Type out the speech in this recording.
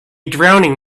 drowning